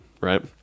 Right